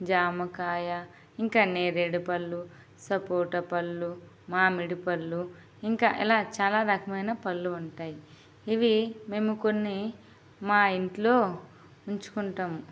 జామకాయ ఇంకా నేరేడు పళ్ళు సపోటా పళ్ళు మామిడి పళ్ళు ఇంకా ఇలా చాలా రకమైన పళ్ళు ఉంటాయి ఇవి మేము కొన్ని మా ఇంట్లో ఉంచుకుంటాం